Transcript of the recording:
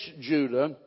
Judah